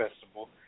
Festival